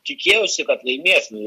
tikėjausi kad laimėsiu